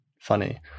funny